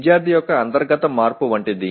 విద్యార్థి యొక్క అంతర్గత మార్పు వంటిది